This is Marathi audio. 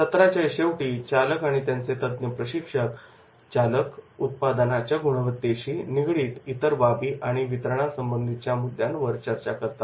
सत्राच्या शेवटी चालक आणि त्यांचे तज्ञ प्रशिक्षक चालक उत्पादनाच्या गुणवत्तेशी निगडीत इतर बाबी आणि वितरणासंबंधीच्या मुद्द्यांवर चर्चा करतात